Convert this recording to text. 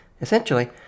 Essentially